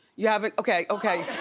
you haven't, okay, okay,